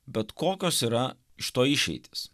bet kokios yra iš to išeitys